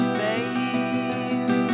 babe